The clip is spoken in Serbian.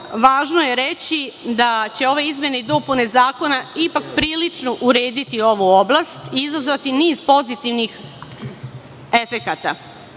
važno je reći da će ove izmene i dopune Zakona ipak prilično urediti ovu oblast i izazvati niz pozitivnih efekata.